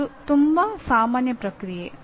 ಅದು ತುಂಬಾ ಸಾಮಾನ್ಯ ಪ್ರಕ್ರಿಯೆ